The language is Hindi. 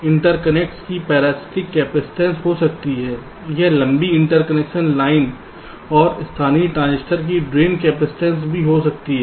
इंटरकनेक्ट्स s की पैरासिटिक कैपेसिटेंस हो सकती है यह लंबी इंटरकनेक्शन लाइन और स्थानीय ट्रांजिस्टर की ड्रेन कैपेसिटेंस भी हो सकती है